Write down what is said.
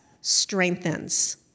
strengthens